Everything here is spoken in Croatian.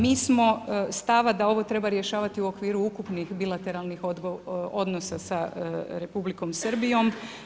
Mi smo stava da ovo treba rješavati u okviru upitnih bilateralnih odnosa sa Republikom Srbijom.